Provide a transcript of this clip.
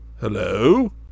Hello